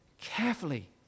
carefully